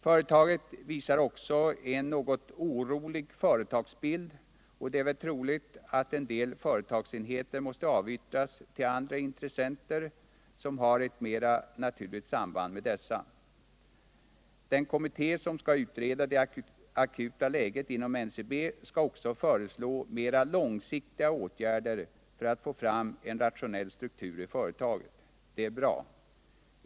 Företaget visar också en något orolig företagsbild, och det är väl troligt att en del företagsenheter måste avyttras till andra intressenter, som har ett mera naturligt samband med dessa. Den kommitté som skall utreda det akuta läget inom NCB skall också föreslå mera långsiktiga åtgärder för att få fram en rationell struktur i företaget. Det är bra.